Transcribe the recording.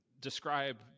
describe